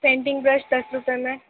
painting brush دس روپے میں